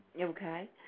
Okay